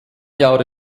jahre